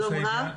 שלום רב.